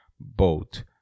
boat